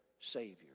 savior